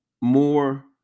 more